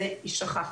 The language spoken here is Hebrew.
זה ישכח,